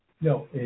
No